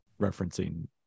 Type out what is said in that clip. referencing